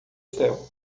céu